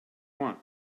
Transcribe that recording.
want